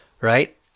right